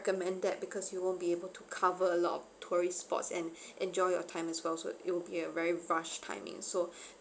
~commend that because you won't be able to cover a lot of tourist spots and enjoy your time as well so it'll be a very rushed timing so